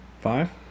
five